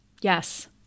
Yes